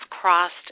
crossed